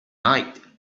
night